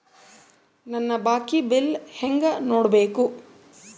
ನನ್ನ ಬಾಕಿ ಬಿಲ್ ಹೆಂಗ ನೋಡ್ಬೇಕು?